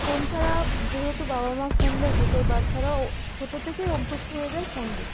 phone ছাড়া যেহেতু বাবা মা ফোন দেখে তাই বাচ্চাদের ছোটো থেকেই অভ্যস্ত হয়ে যায় ফোন দেখতে